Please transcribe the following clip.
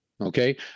Okay